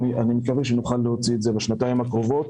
אני מקווה שנוכל להוציא אותו בשנתיים הקרובות.